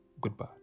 Goodbye